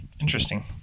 Interesting